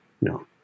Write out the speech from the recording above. no